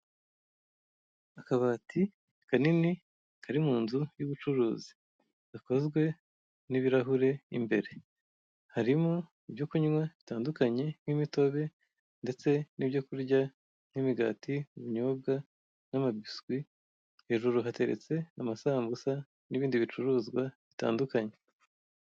Akabati kanini kari mu nzu y'ubucuruzi gakozwe n'ibirahure, imbere harimo ibyo kunywa bitandukanye nk'imitobe ndetse n'ibyo kurya nk'imigati, ibinyobwa n'amabiswi. Hejuru hateretse amasambusa n'ibindi bicuruzwa bitandukanye.